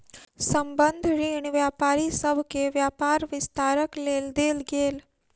संबंद्ध ऋण व्यापारी सभ के व्यापार विस्तारक लेल देल गेल